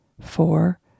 four